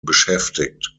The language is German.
beschäftigt